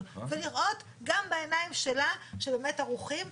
ולראות גם בעיניים שלה שבאמת ערוכים,